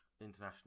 international